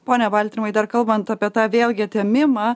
pone valtrymai dar kalbant apie tą vėlgi atėmimą